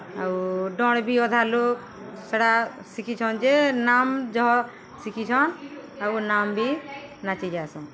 ଆଉ ଡଣ୍ ବି ଅଧା ଲୋକ୍ ସେଟା ଶିଖିଛନ୍ ଯେ ନାମ୍ ଜହ ଶିଖିଛନ୍ ଆଉ ନାମ୍ ବି ନାଚି ଯାଏସନ୍